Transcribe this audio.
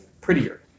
prettier